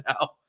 now